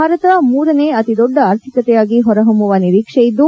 ಭಾರತ ಮೂರನೇ ಅತಿದೊಡ್ಡ ಆರ್ಥಿಕತೆಯಾಗಿ ಹೊರಹೊಮ್ಮವ ನಿರೀಕ್ಷೆ ಇದ್ದು